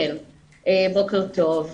בוקר טוב.